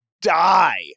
die